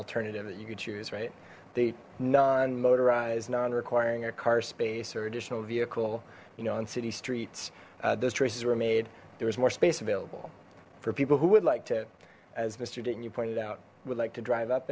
alternative that you could choose right the non motorized non requiring a car space or additional vehicle you know on city streets those choices were made there was more space available for people who would like to as mister dayton you pointed out would like to drive up